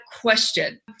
question